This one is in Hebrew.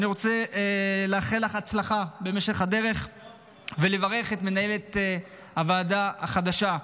אני רוצה לאחל לך הצלחה בהמשך הדרך ולברך את מנהלת הוועדה החדשה,